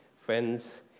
friends